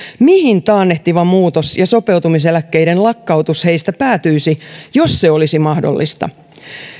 mihin taannehtiva muutos ja sopeutumiseläkkeiden lakkautus heistä päätyisi jos se olisi mahdollista